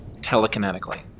telekinetically